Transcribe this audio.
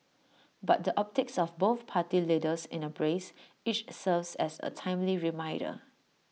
but the optics of both party leaders in A brace each serves as A timely reminder